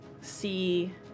see